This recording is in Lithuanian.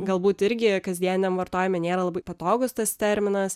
galbūt irgi kasdieniam vartojime nėra labai patogūs tas terminas